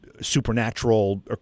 supernatural